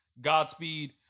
Godspeed